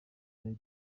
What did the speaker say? ryari